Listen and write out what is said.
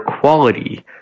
quality